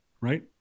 right